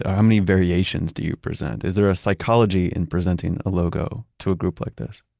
how many variations do you present? is there a psychology in presenting a logo to a group like this?